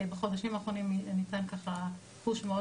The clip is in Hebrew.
בחודשים האחרונים ניתן ככה "פוש" מאוד